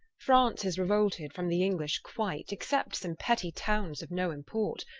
france is reuolted from the english quite, except some petty townes, of no import.